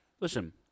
Listen